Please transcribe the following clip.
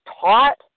taught